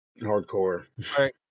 hardcore